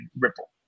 Ripple